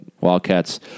Wildcats